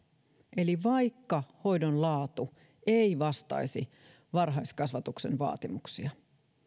eli vaikka hoidon laatu ei vastaisi varhaiskasvatuksen vaatimuksia